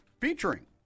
featuring